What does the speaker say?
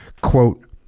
Quote